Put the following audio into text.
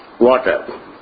water